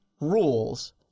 rules